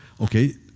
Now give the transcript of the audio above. Okay